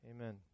amen